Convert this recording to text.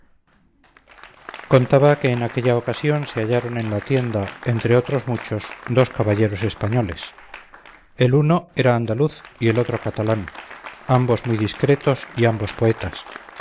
contaba que en aquella ocasión se hallaron en la tienda entre otros muchos dos caballeros españoles el uno era andaluz y el otro era catalán ambos muy discretos y ambos poetas